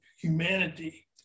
humanity